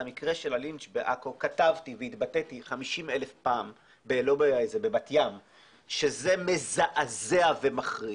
על המקרה של הלינץ' בבת ים כתבתי והתבטאתי 50 אלף פעם שזה מזעזע ומחריד,